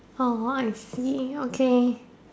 oh !wah! I see okay